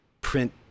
print